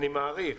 אני מעריך